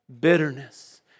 bitterness